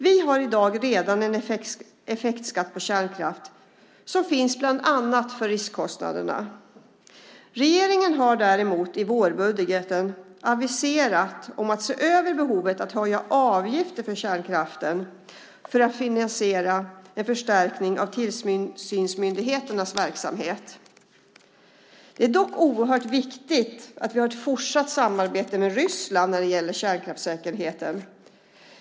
Vi har i dag redan en effektskatt på kärnkraft som finns bland annat för riskkostnaderna. Regeringen har däremot i vårbudgeten aviserat att se över behovet att höja avgifter för kärnkraften för att finansiera en förstärkning av tillsynsmyndigheternas verksamhet. Det är dock oerhört viktigt att vi har ett fortsatt samarbete med Ryssland när det gäller kärnkraftssäkerheten.